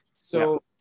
So-